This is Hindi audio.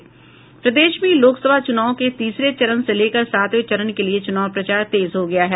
प्रदेश में लोकसभा चुनाव के तीसरे से लेकर सातवें चरण के लिए चुनाव प्रचार तेज हो गया है